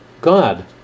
God